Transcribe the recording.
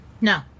No